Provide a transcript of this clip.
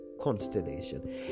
constellation